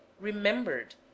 remembered